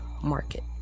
market